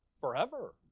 Forever